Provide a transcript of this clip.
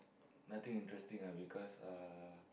nothing interesting ah because uh